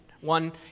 one